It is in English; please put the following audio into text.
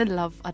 love